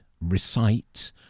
recite